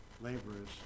laborers